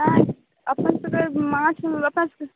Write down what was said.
नहि अपन सभके माछ अपन सभके